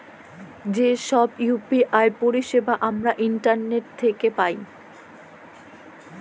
যে ছব গুলান ইউ.পি.আই পারিছেবা আমরা ইন্টারলেট থ্যাকে পায়